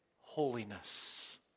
holiness